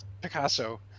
picasso